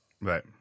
Right